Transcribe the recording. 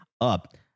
up